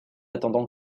attendant